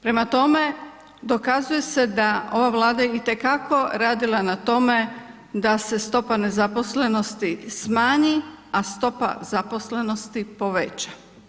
Prema tome, dokazuje se da ova Vlada je itekako radila na tome da se stopa nezaposlenosti smanji, a stopa zaposlenosti poveća.